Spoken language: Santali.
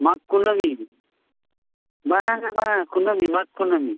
ᱢᱟᱜᱽ ᱠᱩᱱᱟᱹᱢᱤ ᱢᱟᱜᱽ ᱦᱟᱸᱜ ᱵᱟᱝᱟ ᱢᱟᱜᱽ ᱠᱩᱱᱟᱹᱢᱤ ᱢᱟᱜᱽ ᱠᱩᱱᱟᱹᱢᱤ